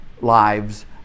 lives